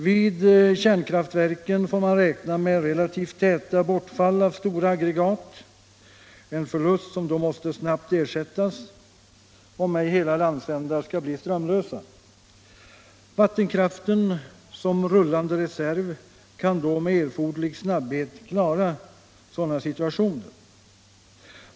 Vid kärnkraftverken får man räkna med relativt täta bortfall av stora aggregat, en förlust som då måste snabbt ersättas om ej hela landsändar skall bli strömlösa. Vattenkraften som rullande reserv kan med erforderlig snabbhet klara sådana situationer.